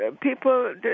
people